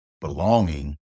belonging